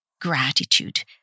gratitude